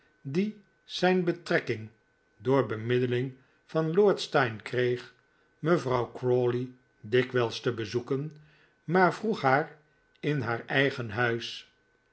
die zijn betrekking door bemiddeling van lord steyne kreeg mevrouw crawley dikwijls te bezoeken maar vroeg haar in haar eigen huis